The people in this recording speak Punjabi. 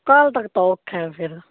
ਕੱਲ ਤੱਕ ਦਾ ਤਾਂ ਔਖਾ ਹੈ ਫਿਰ